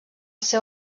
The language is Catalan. seu